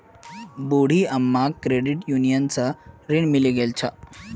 बूढ़ी अम्माक credit union स ऋण मिले गेल छ